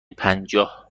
پنجاه